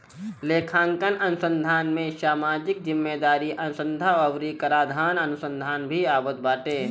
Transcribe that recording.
लेखांकन अनुसंधान में सामाजिक जिम्मेदारी अनुसन्धा अउरी कराधान अनुसंधान भी आवत बाटे